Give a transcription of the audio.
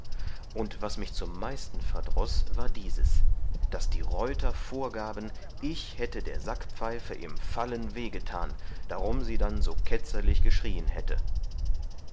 und was mich zum meisten verdroß war dieses daß die reuter vorgaben ich hätte der sackpfeife im fallen weh getan darum sie dann so ketzerlich geschrieen hätte